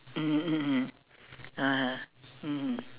mm mm mm (uh huh) mmhmm